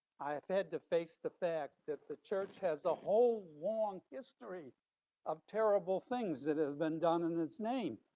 i have had to face the fact that the church has a whole long history of terrible things that has been done in it's name,